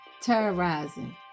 terrorizing